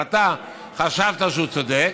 אבל אתה חשבת שהוא צודק,